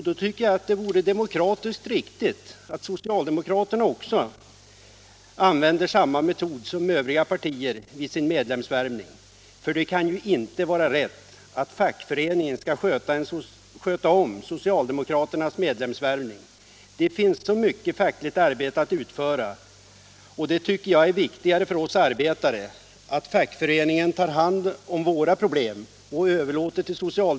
Då tycker jag att det vore demokratiskt riktigt att socialdemokraterna använde samma metoder som övriga partier vid medlemsvärvning. Det kan inte vara rätt att fackföreningen skall sköta om socialdemokraternas medlemsvärvning. Det finns mycket fackligt arbete att utföra, och det är viktigare för oss arbetare att fackföreningen tar hand om våra problem än att den sysslar med medlemsvärvning.